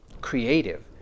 creative